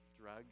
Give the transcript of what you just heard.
drug